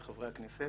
לחברי הכנסת